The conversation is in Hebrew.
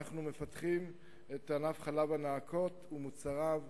אנחנו מפתחים את ענף חלב הנאקות ומוצריו,